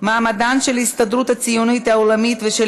מעמדן של ההסתדרות הציונית העולמית ושל